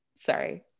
Sorry